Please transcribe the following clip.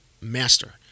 Master